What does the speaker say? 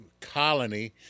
colony